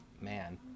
Man